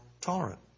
tolerant